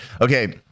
Okay